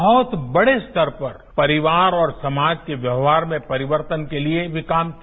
बहुत बड़े स्तर पर परिवार और समाज के व्यवहार में परिवर्तन के लिए भी काम किया